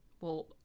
we'll-